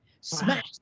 smash